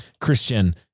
Christian